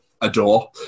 adore